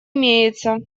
имеется